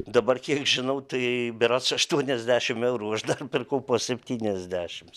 dabar kiek žinau tai berods aštuoniasdešim eurų aš dar perku po septyniasdešims